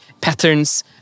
patterns